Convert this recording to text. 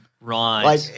Right